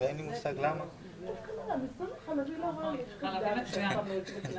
גם בנתונים של המתווספים החדשים,